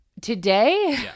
Today